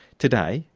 today,